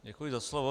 Děkuji za slovo.